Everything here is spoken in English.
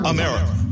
America